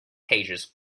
pages